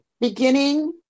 Beginning